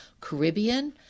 Caribbean